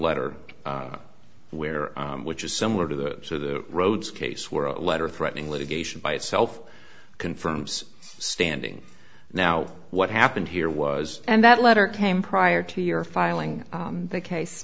letter where which is similar to the rhodes case where a letter threatening litigation by itself confirms standing now what happened here was and that letter came prior to your filing the case